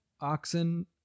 oxen